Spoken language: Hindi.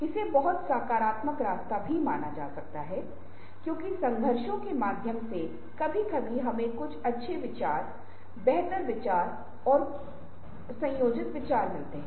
इसलिए कृपया एक अकादमिक कोच या किसी विशेषज्ञ से सलाह लें कि आप अपने समय का प्रभावी प्रबंधन कैसे कर सकते हैं